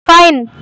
pine